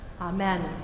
Amen